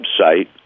website